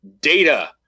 data